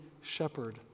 shepherd